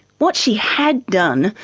what she had done,